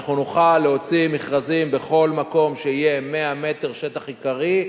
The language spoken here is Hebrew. שאנחנו נוכל להוציא מכרזים בכל מקום שיהיה 100 מטר שטח עיקרי,